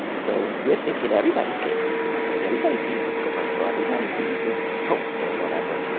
so we think and everybody's getting this marketing. everybody sees this commercial. everybody sees this poster or whatever.